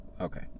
Okay